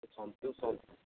solution